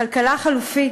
כלכלה חלופית,